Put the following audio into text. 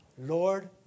Lord